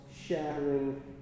shattering